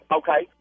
okay